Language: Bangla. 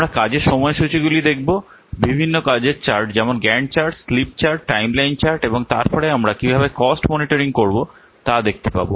আমরা কাজের সময়সূচিগুলি দেখব বিভিন্ন কাজের চার্ট যেমন Gantt charts slip chart timeline chart এবং তারপরে আমরা কীভাবে কস্ট মনিটরিং করব তা দেখতে পাব